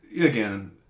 again